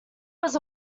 was